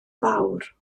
fawr